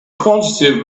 quantity